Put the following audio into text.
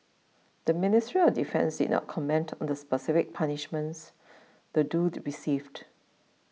the Ministry of Defence did not comment on the specific punishments the duo received